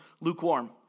lukewarm